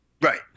Right